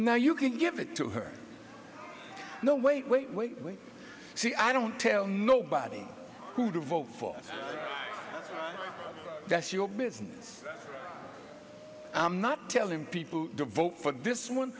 now you can give it to her no wait wait wait wait see i don't tell nobody who to vote for that's your business i'm not telling people to vote for this one